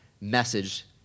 message